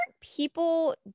people